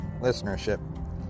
listenership